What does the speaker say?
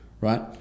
right